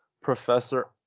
Professor